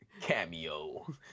cameo